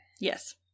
Yes